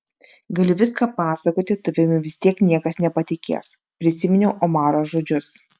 gali viską pasakoti tavimi vis tiek niekas nepatikės prisiminiau omaro žodžius